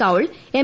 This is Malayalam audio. കൌൾ എം